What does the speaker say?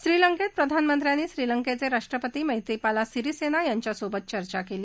श्रीलंकल प्रधानमंत्र्यांनी श्रीलंक्खिरोष्ट्रपती मैत्रीपाला सिरीसम्री यांच्या सोबत चर्चा क्ली